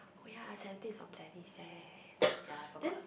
oh ya Seventeen is from Pledis eh ya I forgot